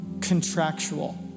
contractual